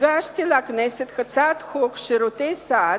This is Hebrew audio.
הגשתי לכנסת את הצעת חוק שירותי הסעד,